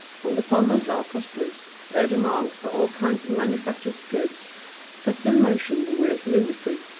when the farmers are prosperous their demands for all kinds of manufactured goods sets in motion the wheels of industry,